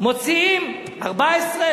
מוציאים 14,